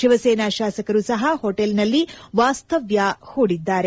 ಶಿವಸೇನಾ ಶಾಸಕರು ಸಪ ಹೋಟೆಲ್ನಲ್ಲಿ ವಾಸ್ತವ್ಯ ಪೂಡಿದ್ದಾರೆ